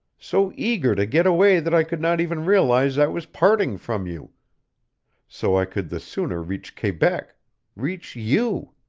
so eager to get away that i could not even realize i was parting from you so i could the sooner reach quebec reach you!